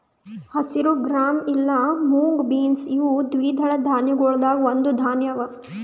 ಹಸಿರು ಗ್ರಾಂ ಇಲಾ mung beans ಇವು ದ್ವಿದಳ ಧಾನ್ಯಗೊಳ್ದಾಂದ್ ಒಂದು ಧಾನ್ಯ ಅವಾ